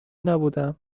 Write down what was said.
نبودم